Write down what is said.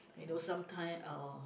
you know sometime uh